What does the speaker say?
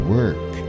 work